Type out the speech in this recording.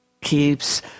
keeps